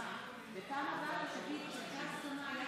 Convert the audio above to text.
שתדון בהצעה.